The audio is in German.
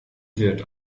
wirt